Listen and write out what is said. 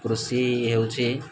କୃଷି ହେଉଛି